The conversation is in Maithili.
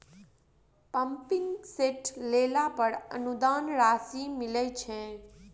पम्पिंग सेट लेला पर अनुदान राशि मिलय छैय?